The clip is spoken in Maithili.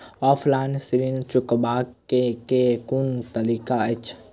ऑफलाइन ऋण चुकाबै केँ केँ कुन तरीका अछि?